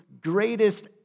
greatest